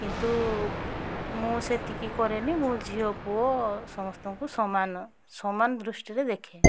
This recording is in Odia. କିନ୍ତୁ ମୁଁ ସେତିକି କରେନି ମୁଁ ଝିଅ ପୁଅ ସମସ୍ତଙ୍କୁ ସମାନ ସମାନ ଦୃଷ୍ଟିରେ ଦେଖେ